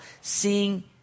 seeing